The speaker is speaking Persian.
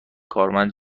کارمند